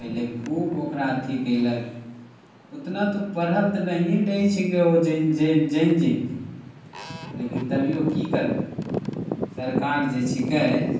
पहिले खूब ओकरा अथी कयलक ओतना तऽ पढ़ल तऽ नहिए ने रहैत छै कि ओ जाइन जइतै लेकिन तभियो की करबहो सरकार जे छिकै